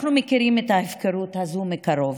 אנחנו מכירים את ההפקרות הזו מקרוב,